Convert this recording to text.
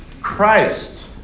Christ